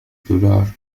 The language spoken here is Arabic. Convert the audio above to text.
دولار